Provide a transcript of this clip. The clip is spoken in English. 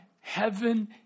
Heaven